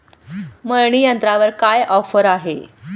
मळणी यंत्रावर काय ऑफर आहे?